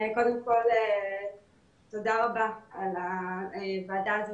קודם כל תודה רבה על הוועדה הזאת,